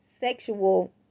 sexual